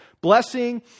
blessing